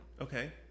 Okay